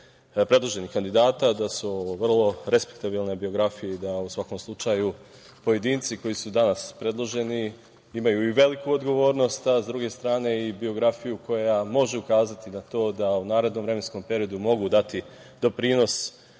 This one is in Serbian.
predloženih kandidata da su vrlo respektabilne biografije i da u svakom slučaju pojedinci koji su danas predloženi imaju i veliku odgovornost, a sa druge strane i biografiju koja može ukazati na to da u narednom vremenskom periodu mogu dati doprinos